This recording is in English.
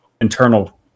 internal